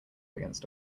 against